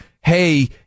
hey